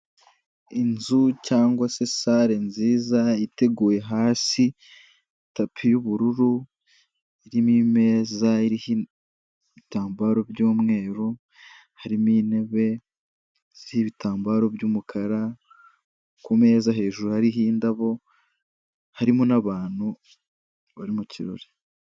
Inzu cyangwa se sare nziza iteguye hasi tapi y'ubururu, irimo imeza iriho ibitambaro by'umweru, harimo intebe ziriho ibitambaro by'umukara, ku meza hejuru hariho indabo, harimo n'abantu bari mu kirori.